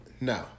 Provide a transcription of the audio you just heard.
No